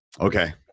Okay